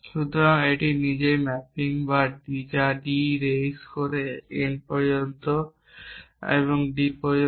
সুতরাং এটি নিজেই একটি ম্যাপিং যা D raise থেকে n পর্যন্ত D পর্যন্ত